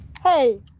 Hey